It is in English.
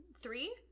three